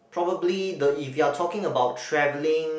probably the if you are talking about travelling